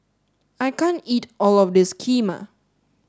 I can't eat all of this Kheema